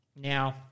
Now